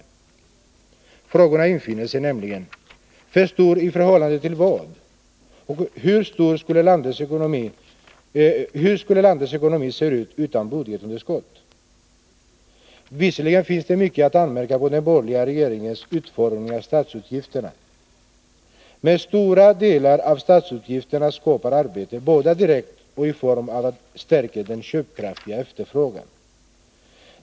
Frågor av följande slag infinner sig nämligen: För stort i förhållande till vad? och Hur skulle landets ekonomi se ut utan budgetunderskott? Visserligen finns det mycket att anmärka på i den borgerliga regeringens utformning av statsutgifterna. Men stora delar av statsutgifterna skapar arbete både direkt och i form av förstärkning av den ”köpkraftiga efterfrågan”.